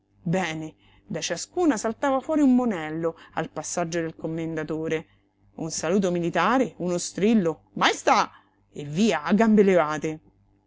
bene da ciascuna saltava fuori un monello al passaggio del commendatore un saluto militare uno strillo maestà e via a gambe levate